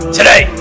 Today